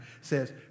says